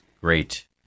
great